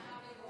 חברי הכנסת,